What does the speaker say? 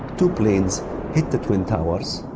two planes hit the twin towers,